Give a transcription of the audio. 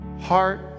heart